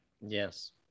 Yes